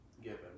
given